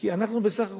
כי אנחנו בסך הכול,